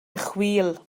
chwil